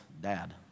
dad